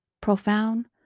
profound